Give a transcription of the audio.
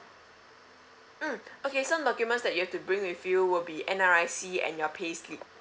mm okay some documents that you have to bring with you will be N_R_I_C and your pay slip